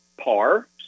par